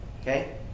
okay